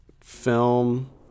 film